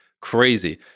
crazy